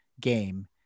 game